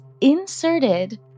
inserted